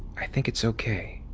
i think it's okay,